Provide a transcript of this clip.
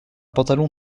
pantalon